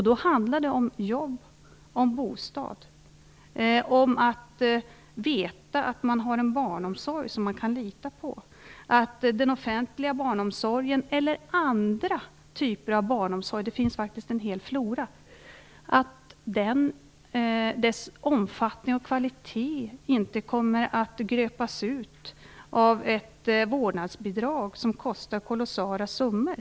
Då handlar det om jobb, om bostad, om att veta att man har en barnomsorg som man kan lita på och att den offentliga barnomsorgen eller andra typer av barnomsorg - det finns faktiskt en hel flora - har en omfattning och kvalitet som inte kommer att gröpas ur av ett vårdnadsbidrag som kostar kolossala summor.